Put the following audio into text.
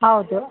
ಹೌದು